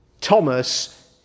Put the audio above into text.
Thomas